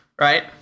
right